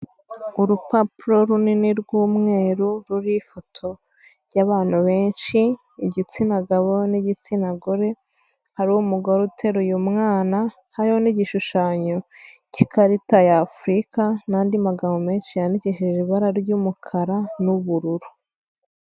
urupapuro runini rw'umweru ruriho ifoto y'abantu benshi, igitsinagabo n'igitsinagore, hariho umugore uteruye mwana, hariho n'igishushanyo cy'ikarita ya afurika n'andi magambo menshi yandikishije ibara ry'umukara n'ubururu.